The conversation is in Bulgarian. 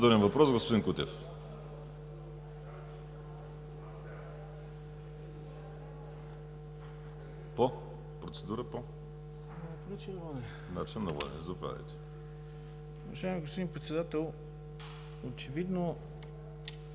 господин Председател, очевидно